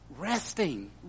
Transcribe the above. resting